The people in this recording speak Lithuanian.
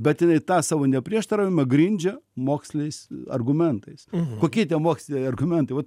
bet jinai tą savo neprieštaravimą grindžia moksliniais argumentais kokie tie moksliniai argumentai vat